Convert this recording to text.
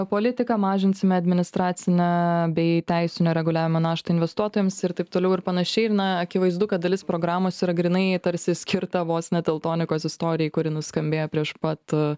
politiką mažinsime administracinę bei teisinio reguliavimo naštą investuotojams ir taip toliau ir panašiai ir na akivaizdu kad dalis programos yra grynai tarsi skirta vos ne teltonikos istorijai kuri nuskambėjo prieš pat